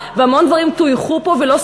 מי כמוך יודע את זה,